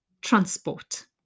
transport